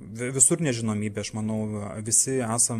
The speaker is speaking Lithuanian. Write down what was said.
visur nežinomybė aš manau visi esam